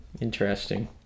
Interesting